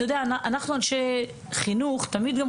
אתה יודע אנחנו אנשי חינוך ואנחנו תמיד יוצא